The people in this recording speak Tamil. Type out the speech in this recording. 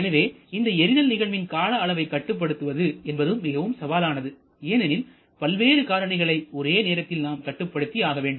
எனவே இந்த எரிதல் நிகழ்வின் கால அளவைக் கட்டுப்படுத்துவது என்பது மிகவும் சவாலானது ஏனெனில் பல்வேறு காரணிகளை ஒரே நேரத்தில் நாம் கட்டுப்படுத்தி ஆகவேண்டும்